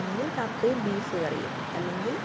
ഒന്നെങ്കിൽ കപ്പയും ബീഫ് കറിയും അല്ലെങ്കിൽ